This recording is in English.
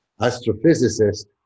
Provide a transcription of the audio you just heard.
astrophysicist